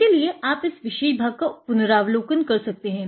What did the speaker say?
इसीलिए आप इस विशेष भाग का पुनरावलोकन कर सकते हैं